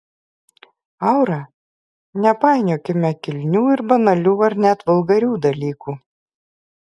aura nepainiokime kilnių ir banalių ar net vulgarių dalykų